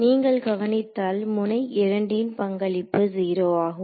நீங்கள் கவனித்தால் முனை 2 ன் பங்களிப்பு 0 ஆகும்